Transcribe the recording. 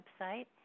website